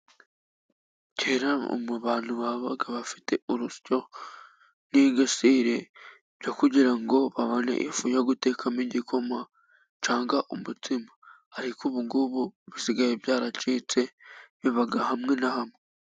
kera mu bantu babaga bafite urusyo n'igasire byo kugira ngo babone ifu yo gutekamo igikoma cyangwa umutsima. Ariko ubu ngubu bisigaye byaracitse biba hamwe na hamwe.